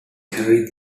carry